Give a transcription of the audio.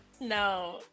No